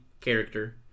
character